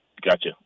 Gotcha